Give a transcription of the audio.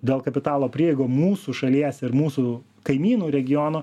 dėl kapitalo prieaugių mūsų šalies ir mūsų kaimynų regiono